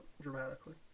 dramatically